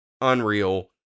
unreal